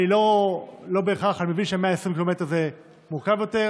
אני מבין ש-120 קילומטר זה מורכב יותר,